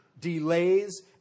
delays